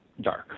dark